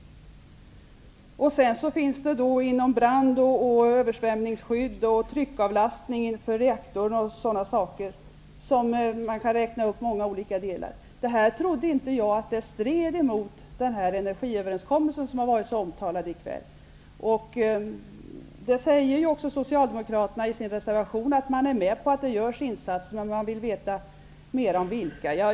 Dessutom gäller det brand och översvämningsskydd, tryckavlastning beträffande reaktorn osv. Uppräkningen skulle kunna göras lång. Jag trodde inte att detta skulle strida mot den energiöverenskommelse som det talats så mycket om i kväll. Också Socialdemokraterna säger i sin reservation att de är med på att det görs insatser. Men man vill veta mera om vilka det då är fråga om.